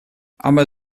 aber